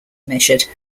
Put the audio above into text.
measured